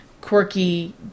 quirky